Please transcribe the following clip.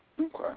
Okay